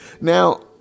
now